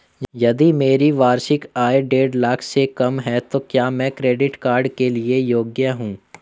यदि मेरी वार्षिक आय देढ़ लाख से कम है तो क्या मैं क्रेडिट कार्ड के लिए योग्य हूँ?